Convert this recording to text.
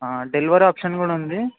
delivery option కూడా ఉంది